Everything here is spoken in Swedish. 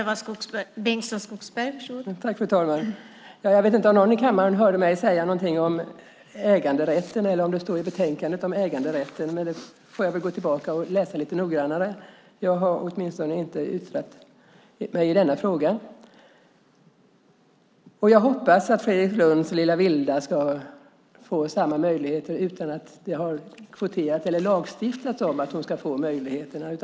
Fru talman! Jag vet inte om någon i denna kammare hört mig säga någonting om äganderätten eller om det står något om äganderätten i betänkandet. Jag får väl gå tillbaka och läsa lite noggrannare. Jag har inte yttrat mig i frågan. Jag hoppas att Fredrik Lundh Sammelis lilla Wilda får samma möjligheter utan att det kvoterats eller lagstiftats om att hon ska få det.